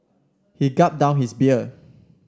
he gulped down his beer